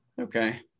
Okay